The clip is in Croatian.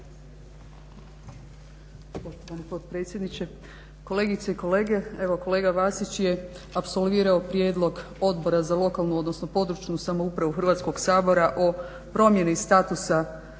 kolegice i kolege. Evo kolega Vasiće je apsolvirao prijedlog Odbora za lokalnu, odnosno područnu samoupravu Hrvatskog sabora o promjeni statusa